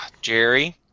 Jerry